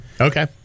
Okay